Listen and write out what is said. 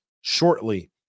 shortly